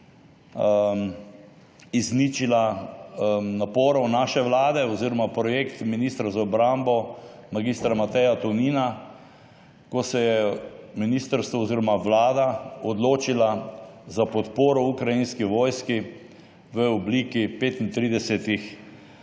izničila naporov naše vlade oziroma projekta ministra za obrambo mag. Mateja Tonina, ko se je ministrstvo oziroma Vlada odločila za podporo ukrajinski vojski v obliki 35